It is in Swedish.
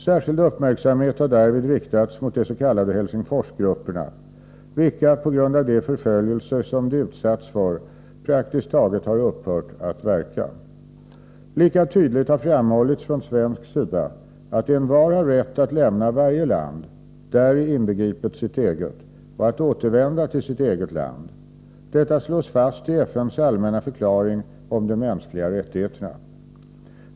Särskild uppmärksamhet har därvid riktats mot de s.k. Helsingforsgrupperna vilka, på grund av de förföljelser som de utsatts för, praktiskt taget har upphört att verka. Lika tydligt har framhållits från svensk sida att envar har rätt att lämna varje land, däri inbegripet sitt eget, och att återvända till sitt eget land. Detta slås fast i FN:s allmänna förklaring om de mänskliga rättigheterna.